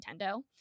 Nintendo